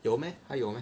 有 meh 还有 meh